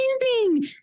amazing